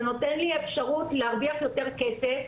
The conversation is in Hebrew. זה נותן לי אפשרות להרוויח יותר כסף,